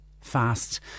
fast